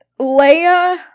Leia